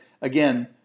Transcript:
again